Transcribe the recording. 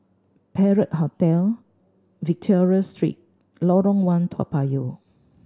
Perak Hotel Victoria Street Lorong One Toa Payoh